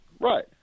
Right